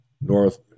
north